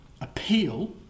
appeal